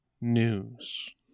news